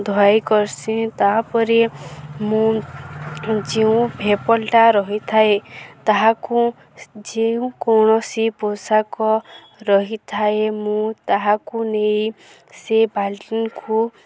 ଧୋଇ କରି ତାପରେ ମୁଁ ଯେଉଁ ରହିଥାଏ ତାହାକୁ ଯେଉଁ କୌଣସି ପୋଷାକ ରହିଥାଏ ମୁଁ ତାହାକୁ ନେଇ ସେ ବାଲଟିକୁ